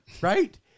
Right